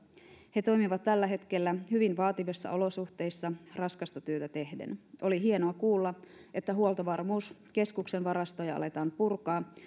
he toimivat tällä hetkellä hyvin vaativissa olosuhteissa raskasta työtä tehden oli hienoa kuulla että huoltovarmuuskeskuksen varastoja aletaan purkaa